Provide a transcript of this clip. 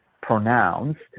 pronounced